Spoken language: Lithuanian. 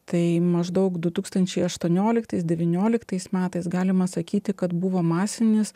tai maždaug du tūkstančiai aštuonioliktais devynioliktais metais galima sakyti kad buvo masinis